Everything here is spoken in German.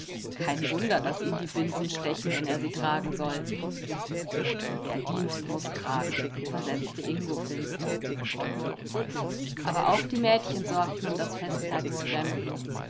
kein wunder daß ihn die binsen stechen wenn er sie tragen soll wer dient muß tragen versetzte ingo finster aber auch die mädchen sorgten um das festkleid des fremden